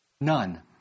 None